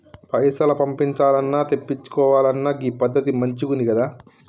పైసలు పంపించాల్నన్నా, తెప్పిచ్చుకోవాలన్నా గీ పద్దతి మంచిగుందికదా